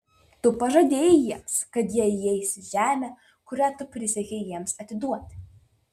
tu pažadėjai jiems kad jie įeis į žemę kurią tu prisiekei jiems atiduoti